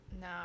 no